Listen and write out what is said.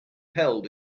held